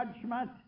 judgment